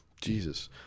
Jesus